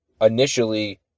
initially